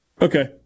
Okay